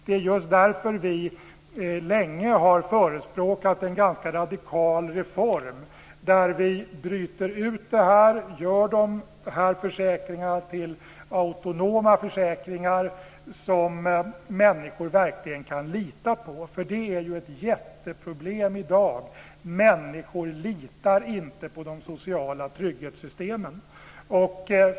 De är just därför vi länge har förespråkat en ganska radikal reform där vi bryter ut försäkringarna och gör dem till autonoma försäkringar som människor verkligen kan lita på. Det är ett jätteproblem i dag att människor inte litar på de sociala trygghetssystemen.